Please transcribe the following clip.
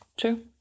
true